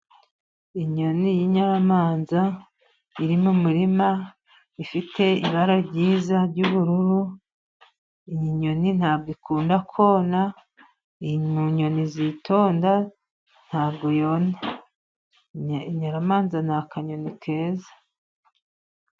Inyoni y'inyamanza iri mu murima. Ifite ibara ryiza ry'ubururu. Iyi nyoni ntabwo ikunda kona, iri mu nyoni zitonda ntabwo yona. Inyamanza ni akanyoni keza.